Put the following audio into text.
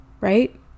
right